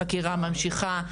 החקירה ממשיכה,